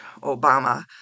Obama